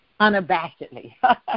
unabashedly